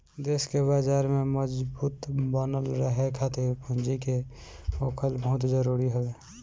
देस के बाजार में मजबूत बनल रहे खातिर पूंजी के होखल बहुते जरुरी हवे